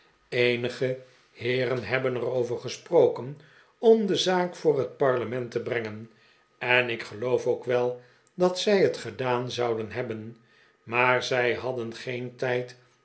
heeren hebben er over gesproken om de zaak voor het parlement te brengen en ik geloof ook wel dat zij het gedaan zouden hebben maar zij hadden geen tijd